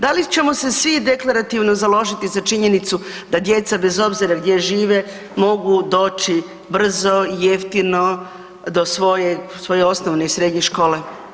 Da li ćemo se svi deklarativno založiti za činjenicu da djeca bez obzira gdje žive mogu doći brzo, jeftino do svoje osnovne i srednje škole?